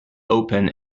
open